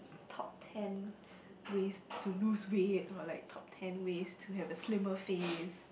top ten ways to lose weight or like top ten ways to have a slimmer face